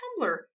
Tumblr